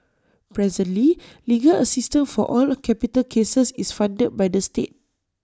presently legal assistance for all capital cases is funded by the state